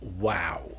Wow